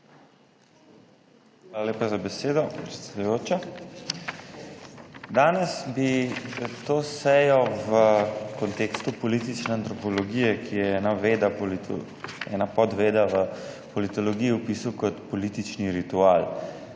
Hvala lepa za besedo, predsedujoča. Danes bi to sejo v kontekstu politične antropologije, ki je ena podveda v politologiji vpisu kot politični ritual.